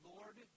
Lord